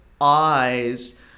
eyes